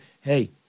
hey